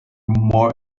more